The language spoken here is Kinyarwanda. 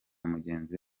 mugenzi